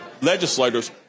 legislators